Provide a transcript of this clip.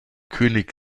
könig